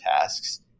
tasks